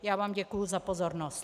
Já vám děkuji za pozornost.